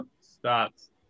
starts